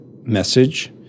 message